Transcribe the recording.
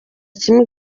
kimwe